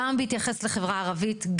גם בהתייחס לחברה הערבית,